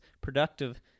productive